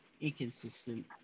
inconsistent